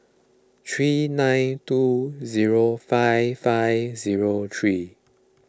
three nine two zero five five zero three